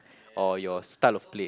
or your style of play